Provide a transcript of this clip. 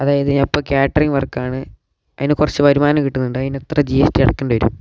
അതായത് ഞാനിപ്പോൾ കാറ്ററിങ് വർക്കാണ് അതിന് കുറച്ച് വരുമാനം കിട്ടുന്നുണ്ട് അതിനെത്ര ജി എസ് ടി അടക്കേണ്ടി വരും